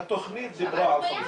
התוכנית דיברה על 50 מיליון.